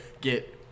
get